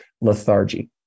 lethargy